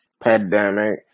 pandemic